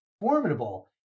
formidable